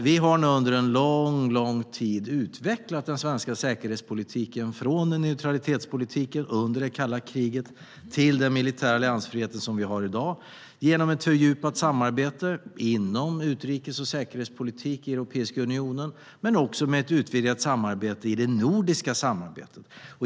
Vi har under en lång, lång tid utvecklat den svenska säkerhetspolitiken, från neutralitetspolitik under det kalla kriget till den militära alliansfrihet som vi har i dag, genom ett fördjupat samarbete inom utrikes och säkerhetspolitik i Europeiska unionen men också med ett utvidgat arbete i det nordiska samarbetet.